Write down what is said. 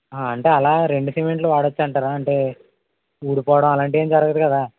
అంటే అలా రెండు సిమెంట్లు వాడచ్చు అంటారా అంటే ఊడిపోవడం అలాంటివి ఏం జరగదు కదా